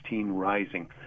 Rising